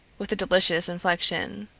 with a delicious inflection.